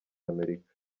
amerika